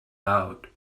out